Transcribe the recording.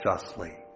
justly